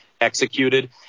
executed